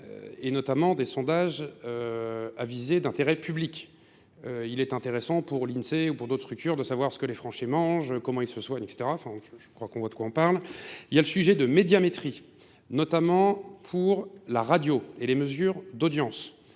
et notamment des sondages à viser d'intérêts publics. Il est intéressant pour l'INSEE ou pour d'autres structures de savoir ce que les franchers mangent, comment ils se soignent, etc. Enfin, je crois qu'on voit de quoi on parle. Il y a le sujet de médiamétrie, notamment pour la radio et les mesures d'audience,